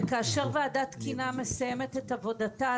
וכאשר ועדת תקינה מסיימת את עבודתה,